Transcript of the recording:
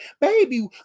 baby